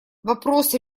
вопрос